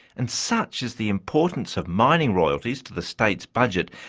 and such is the importance of mining royalties to the state's budget,